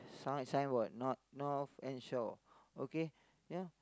sign signboard not north and shore okay ya